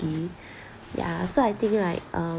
yah so I think like um